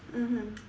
mmhmm